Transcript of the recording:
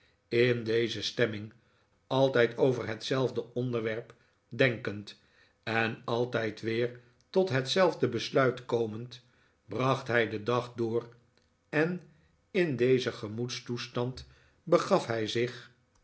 in deze stemming atijd over hetzelfde onderwerp denkend en altijd weer tot hetzelfde besluit komend bracht hij den dag door en in dezen gemoedstoestand begaf hij zich